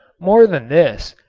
more than this,